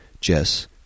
Jess